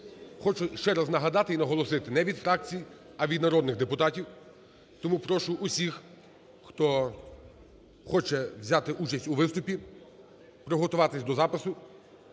Хочу ще раз нагадати і наголосити: не від фракцій, а від народних депутатів. Тому прошу всіх, хто хоче взяти участь у виступі, приготуватися до запису